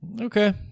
Okay